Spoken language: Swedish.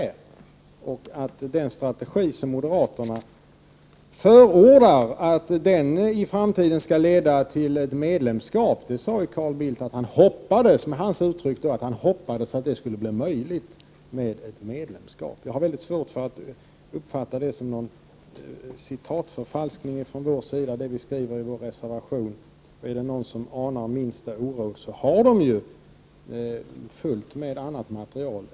Carl Bildt hänvisade till den strategi som moderaterna förordar, och han sade att han hoppades att det i framtiden skall bli möjligt med ett medlemskap. Jag har mycket svårt att se att det vi skriver i reservationen skulle vara en citatförfalskning. För den som anar minsta lilla oråd finns det en hel del annat material.